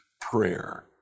prayer